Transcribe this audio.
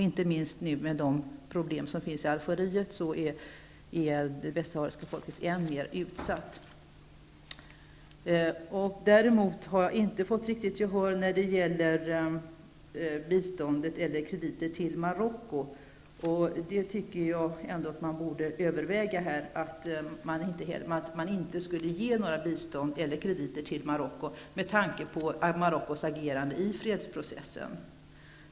Inte minst med hänsyn till de problem som finns i Algeriet är det västsahariska folket än mer utsatt. Däremot har jag inte fått riktigt gehör i fråga om krediterna till Marocko. Jag tycker att man borde överväga att inte ge bistånd eller krediter till Marocko med tanke på Marockos agerande i fredsprocessen.